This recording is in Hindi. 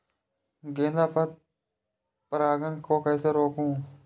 गेंदा में पर परागन को कैसे रोकुं?